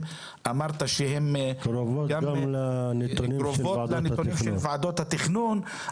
אמרת שהם קרובות לנתונים של ועדות התכנון.